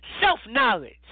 self-knowledge